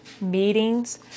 meetings